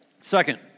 Second